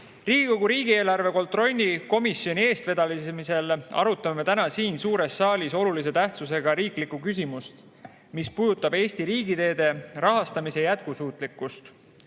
riigieelarve kontrolli komisjoni eestvedamisel arutame täna siin suures saalis olulise tähtsusega riiklikku küsimust, mis puudutab Eesti riigiteede rahastamise jätkusuutlikkust.